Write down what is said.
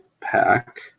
pack